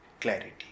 clarity